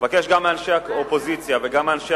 אני מבקש גם מאנשי האופוזיציה וגם מאנשי